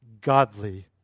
godly